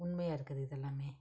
உண்மையாக இருக்குது இது எல்லாமே